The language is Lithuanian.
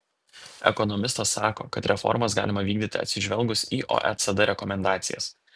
ekonomistas sako kad reformas galima vykdyti atsižvelgus į oecd rekomendacijas